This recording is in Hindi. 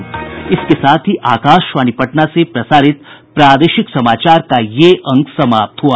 इसके साथ ही आकाशवाणी पटना से प्रसारित प्रादेशिक समाचार का ये अंक समाप्त हुआ